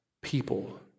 people